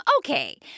okay